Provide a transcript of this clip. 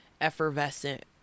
effervescent